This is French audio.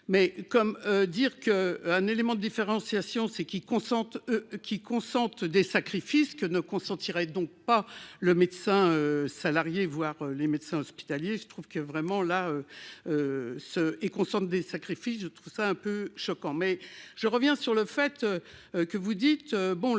Mais comme dire que un élément de différenciation, c'est qui concentrent qui consentent des sacrifices ne consentiraient donc pas le médecin salarié voir les médecins hospitaliers. Je trouve que vraiment là. Ce et sorte des sacrifices. Je trouve ça un peu choquant mais je reviens sur le fait. Que vous dites,